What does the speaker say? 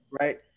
right